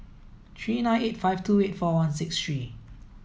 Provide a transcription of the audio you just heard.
three nine eight five two eight four one six three